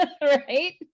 right